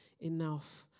enough